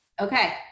okay